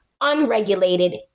unregulated